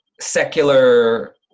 secular